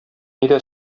нидә